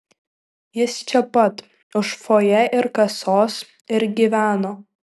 jis čia pat už fojė ir kasos ir gyveno